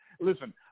listen